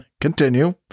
continue